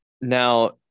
Now